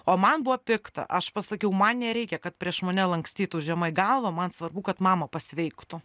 o man buvo pikta aš pasakiau man nereikia kad prieš mane lankstytų žemai galvą man svarbu kad mama pasveiktų